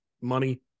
money